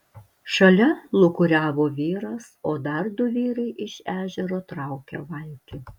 šalia lūkuriavo vyras o dar du vyrai iš ežero traukė valtį